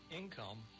income